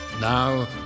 Now